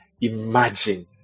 imagine